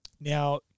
Now